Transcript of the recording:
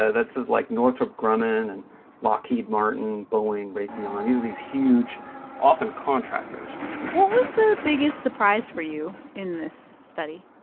ah that's like northrop grumman and lockheed martin, boeing, raytheon. these are these huge often contractors what was the biggest surprise for you in this study?